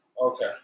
Okay